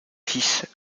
fils